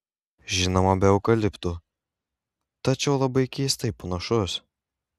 žinoma be eukaliptų tačiau labai keistai panašus